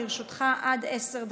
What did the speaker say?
לרשותך עד עשר דקות.